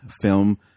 film